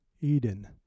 Eden